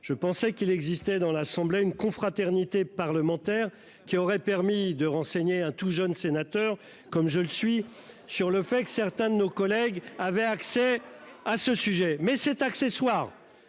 Je pensais qu'il existait dans l'assemblée a une confraternité parlementaire qui aurait permis de renseigner un tout jeune sénateur comme je le suis sur le fait que certains de nos collègues avaient accès à ce sujet mais cet accessoire.